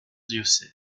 diocèse